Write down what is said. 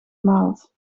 maalt